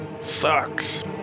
sucks